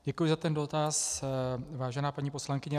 Děkuji za ten dotaz, vážená paní poslankyně.